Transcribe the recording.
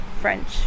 French